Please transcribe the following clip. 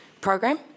program